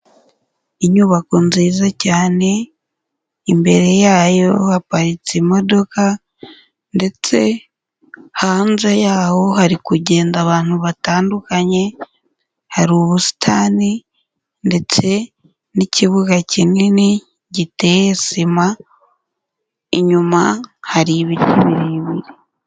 Inyubako nziza cyane, imbere yayo haparitse imodoka ndetse hanze yaho hari kugenda abantu batandukanye, hari ubusitani ndetse n'ikibuga kinini giteye sima, inyuma hari ibiti birebire.